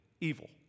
evil